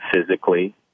physically